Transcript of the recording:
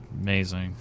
Amazing